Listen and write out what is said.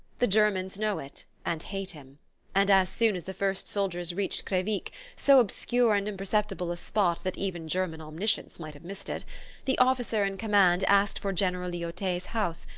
the germans know it, and hate him and as soon as the first soldiers reached crevic so obscure and imperceptible a spot that even german omniscience might have missed it the officer in command asked for general lyautey's house,